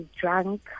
drunk